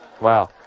Wow